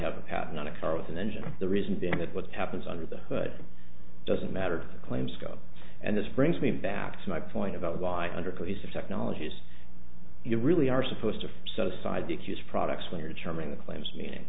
have a patent on a car with an engine the reason being that what happens under the hood doesn't matter claims go and this brings me back to my point about why under cohesive technologies you really are supposed to set aside the accused products when you're charming the claims meaning